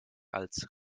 als